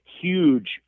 huge